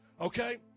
Okay